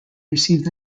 received